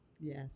Yes